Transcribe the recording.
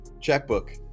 checkbook